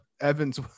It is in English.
evans